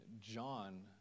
John